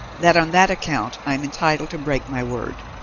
that on that account i am entitled to break my word.